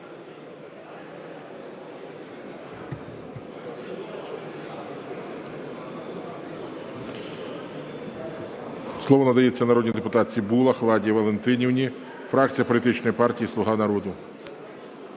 Слово надається народній депутатці Булах Ладі Валентинівні, фракція політичної партії "Слуга народу".